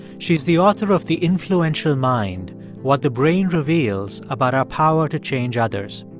she is the author of the influential mind what the brain reveals about our power to change others.